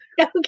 Okay